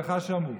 לך שמעו.